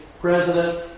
president